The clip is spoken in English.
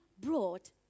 brought